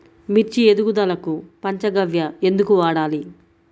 మిర్చి ఎదుగుదలకు పంచ గవ్య ఎందుకు వాడాలి?